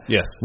Yes